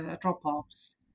drop-offs